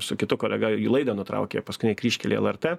su kitu kolega jų laidą nutraukė paskutinė kryžkelė lrt